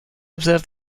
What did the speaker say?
observe